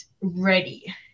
ready